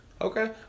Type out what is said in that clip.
Okay